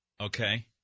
Okay